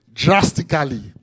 drastically